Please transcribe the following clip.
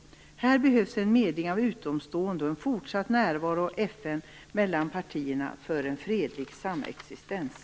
Här behövs en medling mellan partierna av utomstående och en fortsatt närvaro av FN för en fredlig samexistens.